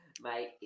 Mate